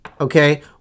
Okay